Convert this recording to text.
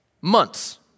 Months